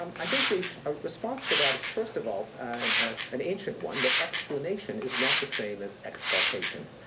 um i think the response for that is, first of all, and ah an ancient one, that explanation is not the same as exculpation,